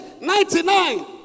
ninety-nine